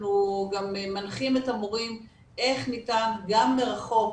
אנחנו גם מנחים את המורים איך ניתן גם מרחוק